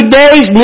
days